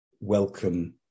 welcome